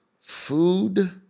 food